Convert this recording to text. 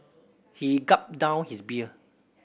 he gulped down his beer